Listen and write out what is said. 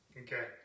Okay